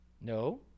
No